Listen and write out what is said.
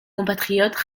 compatriotes